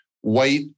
white